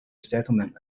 settlement